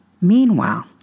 Meanwhile